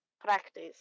practice